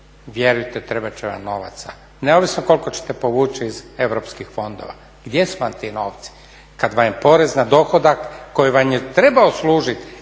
vjerujte trebat će vam novaca neovisno koliko ćete povući iz europskih fondova. Gdje su vam ti novci kad vam je porez na dohodak koji vam je trebao služiti